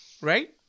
Right